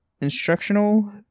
instructional